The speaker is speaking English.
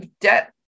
debt